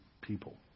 people